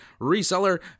reseller